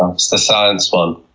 ah it's the science one,